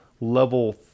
level